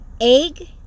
egg